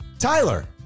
Tyler